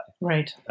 Right